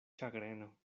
ĉagreno